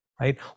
right